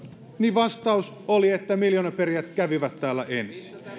vastaus oli että miljoonaperijät kävivät täällä